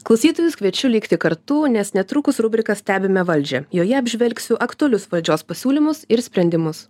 klausytojus kviečiu likti kartu nes netrukus rubrika stebime valdžią joje apžvelgsiu aktualius valdžios pasiūlymus ir sprendimus